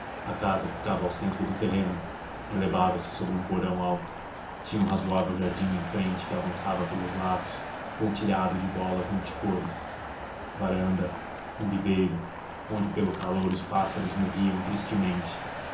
a casa ficava ao centro do terreno elevava-se sobre um porão alto tinha um razoável jardim na frente que avançava pelos lados pontilhado de bolas multicores varanda um viveiro onde pelo calor os pássaros morriam tristemente